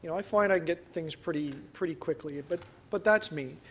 i find i get things pretty pretty quickly but but that's me.